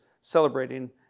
celebrating